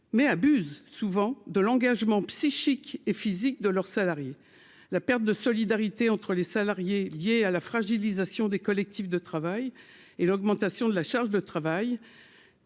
mais abusent souvent de l'engagement psychique. Et physique de leurs salariés, la perte de solidarité entre les salariés liés à la fragilisation des collectifs de travail et l'augmentation de la charge de travail,